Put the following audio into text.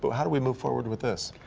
but how do we move forward with this?